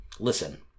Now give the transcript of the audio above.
Listen